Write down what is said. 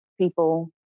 people